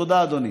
תודה, אדוני.